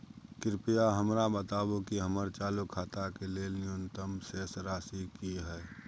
कृपया हमरा बताबू कि हमर चालू खाता के लेल न्यूनतम शेष राशि की हय